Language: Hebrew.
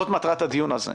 זאת מטרת הדיון הזה.